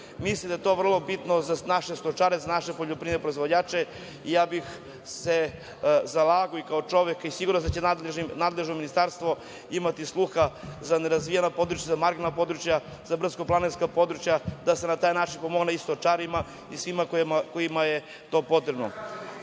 Mislim da je to vrlo bitno za naše stočare, za naše poljoprivredne proizvođače. Ja bih se zalagao i kao čovek, i siguran sam da će nadležno Ministarstvo imati sluha za nerazvijena područja, marginalna područja, za brdsko-planinska područja, da se na taj način isto pomogne stočarima i svima kojima je to potrebno. Sada